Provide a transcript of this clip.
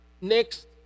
next